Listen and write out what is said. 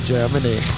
Germany